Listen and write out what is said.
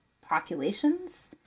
populations